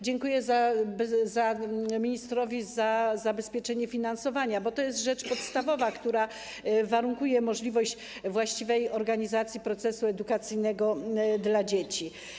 Dziękuję ministrowi za zabezpieczenie finansowania, bo to jest rzecz podstawowa, która warunkuje możliwość właściwej organizacji procesu edukacyjnego dzieci.